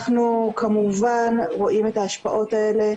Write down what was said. אנחנו כמובן רואים את ההשפעות האלה,